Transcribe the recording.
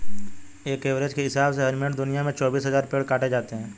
एक एवरेज के हिसाब से हर मिनट दुनिया में चौबीस हज़ार पेड़ कट जाते हैं